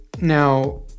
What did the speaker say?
now